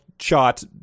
shot